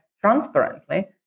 transparently